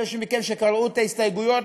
אלה מכם שקראו את ההסתייגויות,